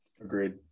Agreed